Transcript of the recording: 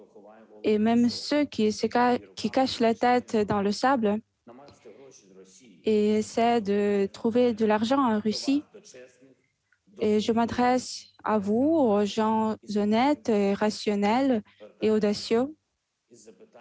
même ceux qui se cachent la tête dans le sable et essaient de trouver de l'argent en Russie. Je m'adresse à vous, qui êtes des gens honnêtes, rationnels et courageux,